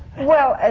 well,